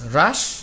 rush